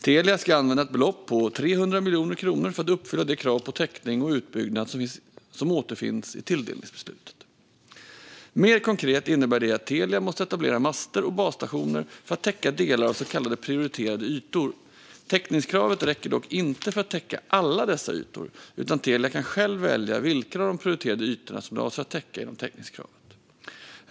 Telia ska använda ett belopp på 300 miljoner kronor för att uppfylla det krav på täckning och utbyggnad som återfinns i tilldelningsbeslutet. Mer konkret innebär det att Telia måste etablera master och basstationer för att täcka delar av så kallade prioriterade ytor. Täckningskravet räcker dock inte för att täcka alla dessa ytor, utan Telia kan själv välja vilka av de prioriterade ytorna man avser att täcka genom täckningskravet.